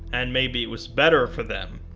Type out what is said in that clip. and maybe it was better for them.